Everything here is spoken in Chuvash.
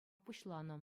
пуҫланӑ